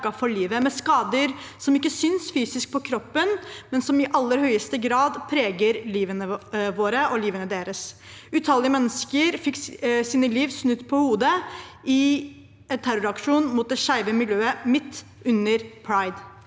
med skader som ikke synes fysisk på kroppen, men som i aller høyeste grad preger livet vårt og livet deres. Utallige mennesker fikk sitt liv snudd på hodet i en terroraksjon mot det skeive miljøet – midt under pride,